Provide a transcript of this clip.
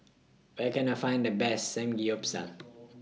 Where Can I Find The Best Samgyeopsal